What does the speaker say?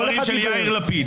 הוא מתכוון לדברים של יאיר לפיד.